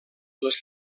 les